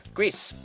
,Greece